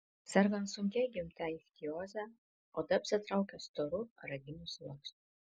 sergant sunkia įgimta ichtioze oda apsitraukia storu raginiu sluoksniu